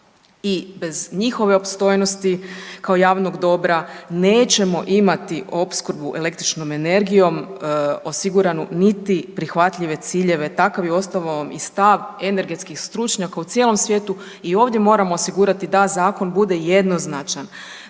i bez njihove opstojnosti kao javnog dobra nećemo imati opskrbu električnom energijom osiguranu, niti prihvatljive ciljeve takav je uostalom i stav energetskih stručnjaka u cijelom svijetu. I ovdje moramo osigurati da zakon bude jednoznačan.